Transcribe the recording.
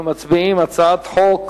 אנחנו מצביעים: הצעת חוק